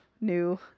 new